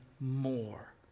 more